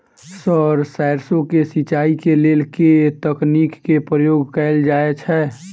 Sir सैरसो केँ सिचाई केँ लेल केँ तकनीक केँ प्रयोग कैल जाएँ छैय?